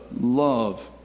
love